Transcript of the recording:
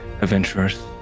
adventurers